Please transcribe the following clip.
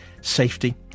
safety